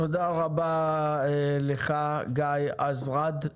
תודה רבה לך, גיא אזרד.